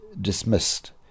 dismissed